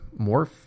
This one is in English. morph